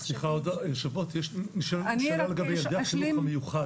סליחה, שאלה לגבי ילדי החינוך המיוחד.